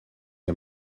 him